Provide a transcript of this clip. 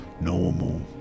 normal